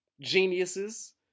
geniuses